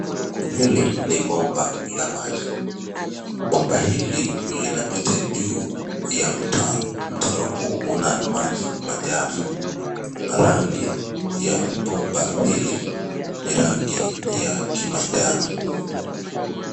Hili ni bomba la maji. Bomba hili linapita juu ya mtaro. Mtaro huu una maji machafu na rangi ya bomba hili ni rangi ya kimanjano.